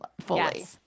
fully